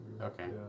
Okay